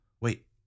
wait